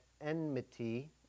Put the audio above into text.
enmity